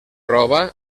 roba